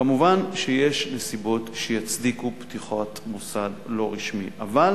כמובן, יש נסיבות שיצדיקו פתיחת מוסד לא רשמי, אבל